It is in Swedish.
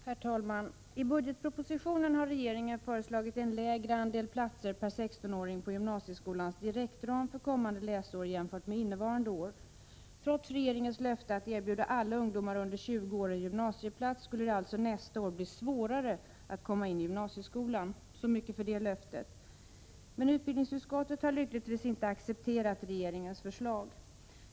Herr talman! I budgetpropositionen har regeringen föreslagit en lägre andel platser per 16-åring på gymnasieskolans direktram för kommande läsår jämfört med innevarande år. Trots regeringens löfte att erbjuda alla ungdomar under 20 år en gymnasieplats skulle det alltså nästa år bli svårare att komma in i gymnasieskolan. Så mycket var det löftet värt. Men utbildningsutskottet har lyckligtvis inte accepterat regeringens förslag.